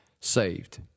saved